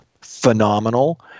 phenomenal